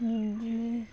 बिब्दिनो